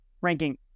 ranking